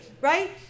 Right